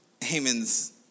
Haman's